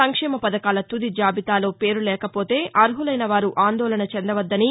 సంక్షేమ పథకాల తుది జాబితాలో పేరు లేకపోతే అర్హలైన వారు ఆందోళన చెందవద్దని